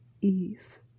ease